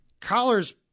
Collar's